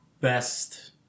best